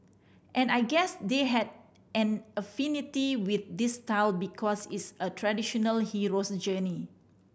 and I guess they had an affinity with this style because it's a traditional hero's journey